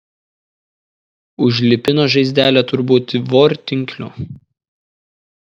užlipino žaizdelę turbūt vortinkliu